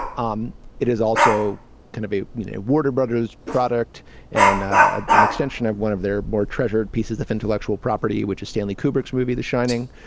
um it is also kind of a warner brothers product and an extension of one of their more treasured pieces of intellectual property which is stanley kubrick's movie the shining.